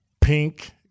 pink